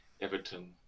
Everton